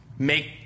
Make